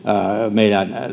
meidän